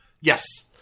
Yes